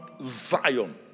Zion